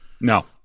No